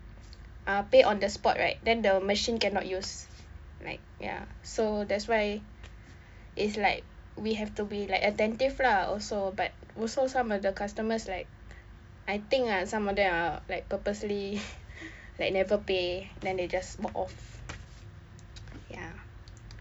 ah pay on the spot right then the machine cannot use like ya so that's why is like we have to be like attentive lah also but also some of the customers like I think ah some of them are like purposely like never pay then they just walk off ya